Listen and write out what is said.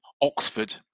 Oxford